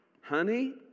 Honey